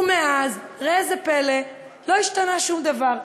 ומאז, ראה זה פלא, לא השתנה שום דבר.